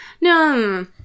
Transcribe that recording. No